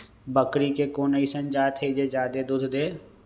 बकरी के कोन अइसन जात हई जे जादे दूध दे?